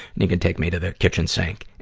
and he could take me to the kitchen sink,